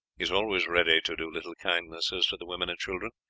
is always ready to do little kindnesses to the women and children,